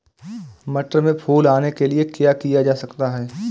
मटर में फूल आने के लिए क्या किया जा सकता है?